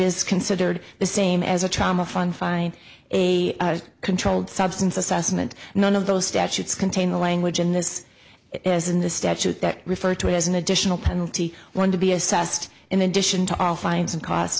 is considered the same as a trauma fine fine a controlled substance assessment and none of those statutes contain a language and this is in the statute that referred to as an additional penalty one to be assessed in addition to all fines and costs